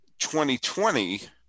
2020